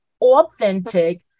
authentic